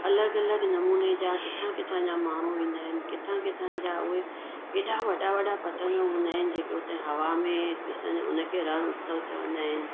अलॻि अलॻि नमूने जा किथां किथां जा माण्हू ईंदा आहिनि किथां किथां जा उहे हेॾा वॾा वॾा पतंग हूंदा आहिनि जेके उते हवा में ॾिसणु हुनखे रण उत्सव चवंदा आहिनि